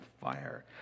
fire